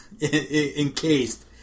Encased